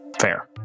Fair